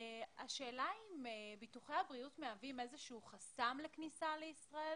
השאלה אם ביטוחי הבריאות מהווים איזה שהוא חסם לכניסה לישראל,